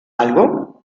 algo